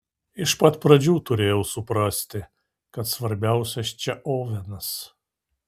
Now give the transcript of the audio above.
iš pat pradžių turėjau suprasti kad svarbiausias čia ovenas